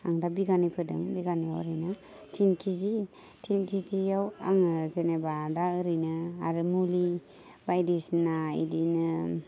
आं दा बिघानै फोदों बिघानैयाव ओरैनो थिन केजि थिन केजिआव आङो जेनेबा दा ओरैनो आरो मुलि बायदिसिना बिदिनो